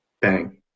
Bang